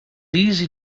easy